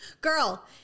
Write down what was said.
Girl